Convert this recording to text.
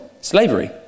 Slavery